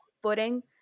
Footing